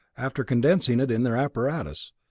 after condensing it in their apparatus,